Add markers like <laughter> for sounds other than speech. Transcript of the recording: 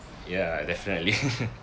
ya definitely <laughs>